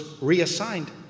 reassigned